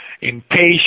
impatient